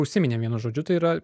užsiminėm vienu žodžiu tai yra